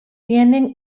tienen